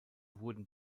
wurden